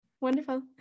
Wonderful